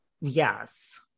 Yes